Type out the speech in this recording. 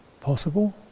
possible